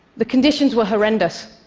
the conditions were horrendous.